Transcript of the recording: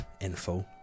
info